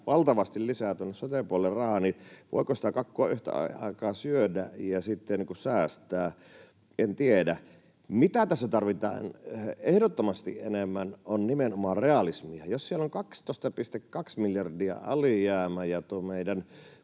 valtavasti lisää sote-puolelle rahaa. Voiko sitä kakkua yhtä aikaa syödä ja sitten säästää? En tiedä. Se, mitä tässä tarvitaan ehdottomasti enemmän, on nimenomaan realismia. Jos siellä on 12,2 miljardia alijäämä